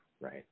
right